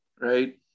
right